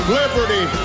liberty